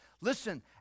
Listen